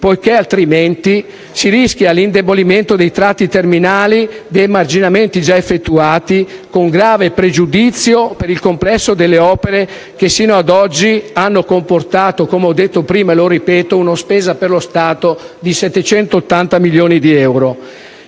diversamente, si rischierebbe l'indebolimento dei tratti terminali dei marginamenti già effettuati, con grave pregiudizio per il complesso delle opere che sino ad oggi hanno comportato, come ho detto, una spesa per lo Stato di circa 780 milioni di euro.